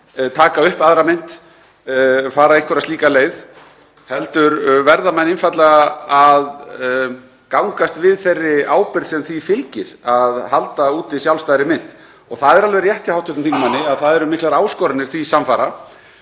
taka upp aðra mynt, fara einhverja slíka leið, heldur verða menn einfaldlega að gangast við þeirri ábyrgð sem því fylgir að halda úti sjálfstæðri mynt. Það er alveg rétt hjá hv. þingmanni að það eru miklar áskoranir því samfara.